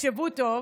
תחשבו טוב.